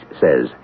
says